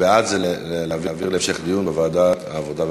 בעד זה להעביר להמשך דיון בוועדת העבודה,